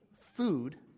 food